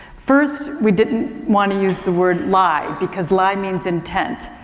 first we didn't want to use the word lie because lie means intent.